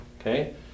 okay